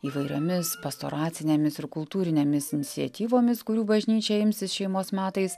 įvairiomis pastoracinėmis ir kultūrinėmis iniciatyvomis kurių bažnyčia imsis šeimos metais